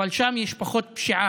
אבל יש שם פחות פשיעה